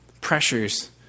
pressures